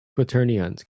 quaternions